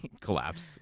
collapsed